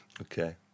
Okay